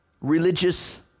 religious